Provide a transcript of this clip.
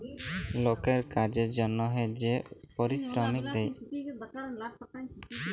লকের কাজের জনহে যে পারিশ্রমিক দেয়